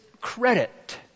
credit